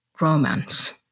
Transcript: romance